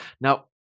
Now